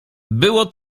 było